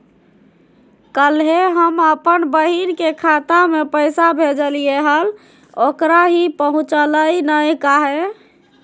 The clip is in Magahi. कल्हे हम अपन बहिन के खाता में पैसा भेजलिए हल, ओकरा ही पहुँचलई नई काहे?